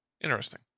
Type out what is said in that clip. Interesting